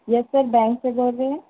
یس sir bank سے بول رہے ہیں